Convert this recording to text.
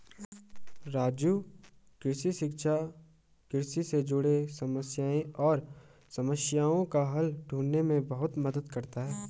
राजू कृषि शिक्षा कृषि से जुड़े समस्याएं और समस्याओं का हल ढूंढने में बहुत मदद करता है